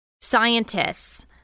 scientists